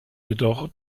jedoch